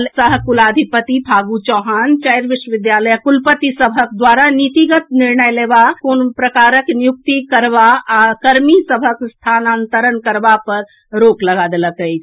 राज्यसभा सह कुलाधिपति फागु चौहान चारि विश्वविद्यालयक कुलपति सभक द्वारा नीतिगत निर्णय लेबा कोनो प्रकारक नियुक्ति करबा आ कर्मी सभक स्थानांतरण करबा पर रोक लगा देलक अछि